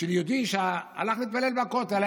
של יהודי שהלך להתפלל בכותל.